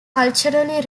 culturally